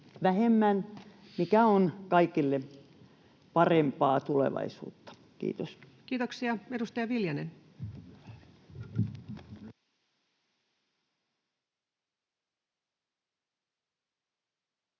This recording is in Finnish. vähemmän, mikä on kaikille parempaa tulevaisuutta. — Kiitos. Kiitoksia. — Edustaja Viljanen.